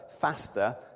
faster